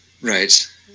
Right